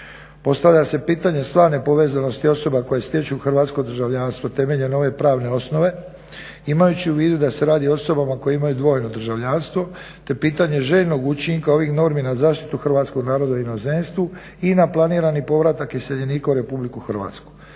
Postavlja se pitanje stvarne povezanosti osoba koje stječu hrvatskog državljanstvo temeljem ove pravne osnove. Imajući u vidu da se radi o osobama koje imaju dvojno državljanstvo te pitanje željnog učinka ovih normi na zaštitu hrvatskog naroda u inozemstvu i na planirani povratak iseljenika u Republiku Hrvatsku.